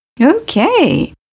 Okay